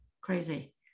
Crazy